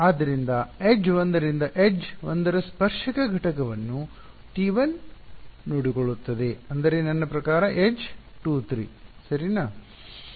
ಆದ್ದರಿಂದ ಎಡ್ಜ್ 1 ರಿಂದ ಎಡ್ಜ್ 1 ರ ಸ್ಪರ್ಶಕ ಘಟಕವನ್ನು T1 ನೋಡಿಕೊಳ್ಳುತ್ತದೆ ಅಂದರೆ ನನ್ನ ಪ್ರಕಾರ ಎಡ್ಜ್ 2 3 ಸರಿನಾ